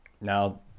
Now